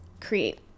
create